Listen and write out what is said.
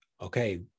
Okay